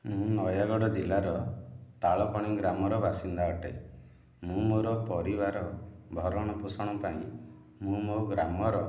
ମୁଁ ନୟାଗଡ଼ ଜିଲ୍ଲାର ତଳ ପାଣି ଗ୍ରାମର ବାସିନ୍ଦା ଅଟେ ମୁଁ ମୋର ପରିବାରର ଭରଣ ପୋଷଣ ପାଇଁ ମୁଁ ମୋ' ଗ୍ରାମର